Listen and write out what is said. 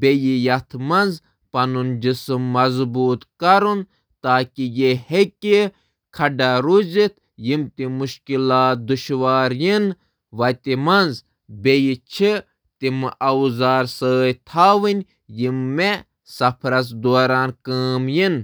تیار۔ تہٕ بہٕ نِنہٕ مُختٔلِف ہتھیار، یِم سفرَس دوران مےٚ مدد کرِ۔